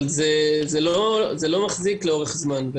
אבל זה לא מחזיק לאורך זמן.